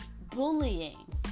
bullying